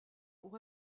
pour